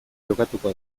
jokatuko